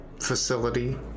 facility